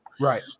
Right